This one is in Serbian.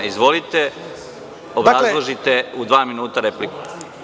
Izvolite, obrazložite u dva minuta repliku.